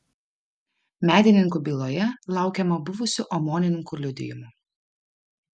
medininkų byloje laukiama buvusių omonininkų liudijimų